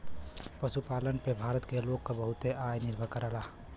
पशुपालन पे भारत के लोग क बहुते आय निर्भर करला